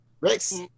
Rex